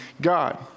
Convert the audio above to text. God